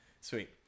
Sweet